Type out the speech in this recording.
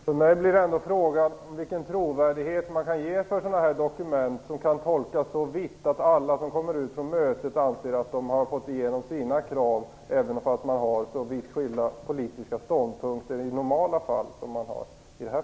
Fru talman! Jag vill ändå fråga: Vilken trovärdighet kan man ge ett dokument som kan tolkas så vitt att alla som kommer ut från mötet anser att de har fått igenom sina krav, även om de i normala fall har vitt skilda politiska ståndpunkter?